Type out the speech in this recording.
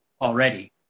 Already